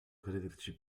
crederci